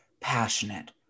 passionate